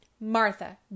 Martha